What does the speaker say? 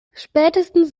spätestens